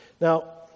Now